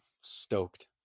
stoked